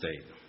State